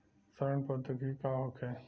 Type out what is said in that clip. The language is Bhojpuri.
सड़न प्रधौगिकी का होखे?